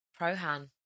Prohan